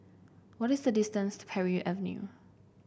what is the distance to Parry Avenue